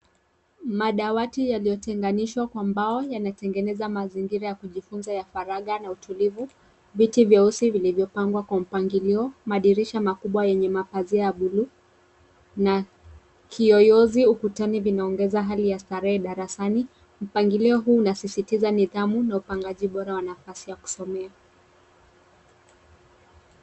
Madawati yaliyotenganishwa kwa mbao yanatengeneza mazingira ya kujifunza ya faragha na utulivu. Viti vyeusi vilivyopangwa kwa mpangilio, madirisha makubwa yenye mapazia ya buluu na kiyoyozi ukutani vinaongeza hali ya starehe darasani. Mpangilio huu unasisitiza nidhamu na upangaji bora wa nafasi ya kusomea.